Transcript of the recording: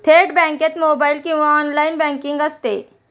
थेट बँकेत मोबाइल किंवा ऑनलाइन बँकिंग असते